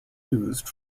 used